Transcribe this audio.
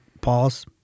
pause